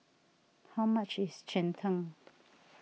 how much is Cheng Tng